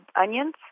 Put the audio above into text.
onions